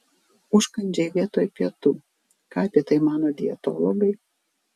užkandžiai vietoj pietų ką apie tai mano dietologai